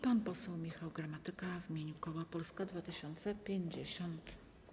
Pan poseł Michał Gramatyka w imieniu koła Polska 2050.